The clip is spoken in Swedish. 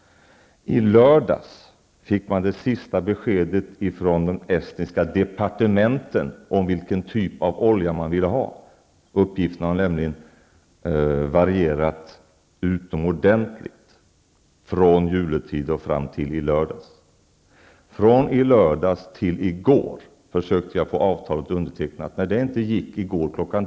I lördags fick vi det sista beskedet från de estniska departementen om vilken typ av olja man ville ha. Uppgifterna har nämligen varierat utomordentligt från juletid och fram till i lördags. Från i lördags till i går försökte jag få avtalet undertecknat. När det inte gick i går kl.